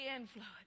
influence